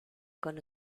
con